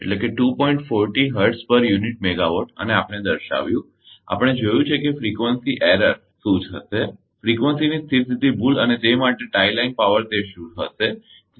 40 hertz per unit megawatt અને આપણે દર્શાવ્યું આપણે જોયું કે ફ્રીકવંસી ભૂલફ્રીકવંસી એરર શું હશે ફ્રીકવંસીની સ્થિર સ્થિતી ભૂલ અને તે માટે ટાઇ લાઇન પાવર તે શું હશે